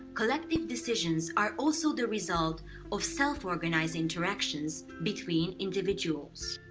collective decisions are also the result of self-organized interactions between individuals.